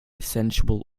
sensual